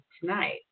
tonight